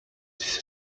this